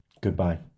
Goodbye